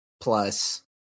plus